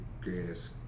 greatest